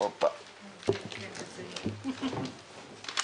הישיבה ננעלה